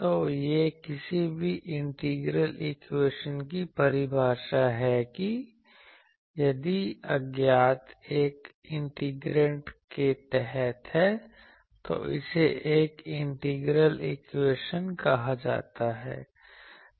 तो यह किसी भी इंटीग्रल इक्वेशन की परिभाषा है कि यदि अज्ञात एक इंटीग्रैंड के तहत है तो इसे एक इंटीग्रल इक्वेशन कहा जाता है